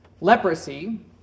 Leprosy